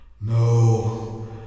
no